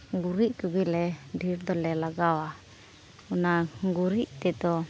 ᱜᱩᱨᱤᱡ ᱠᱚᱜᱮᱞᱮ ᱰᱷᱮᱨ ᱫᱚᱞᱮ ᱞᱟᱜᱟᱣᱟ ᱚᱱᱟ ᱜᱩᱨᱤᱡ ᱛᱮᱫᱚ